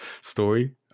story